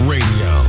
Radio